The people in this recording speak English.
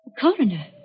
coroner